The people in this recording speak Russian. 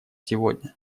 сегодня